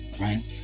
right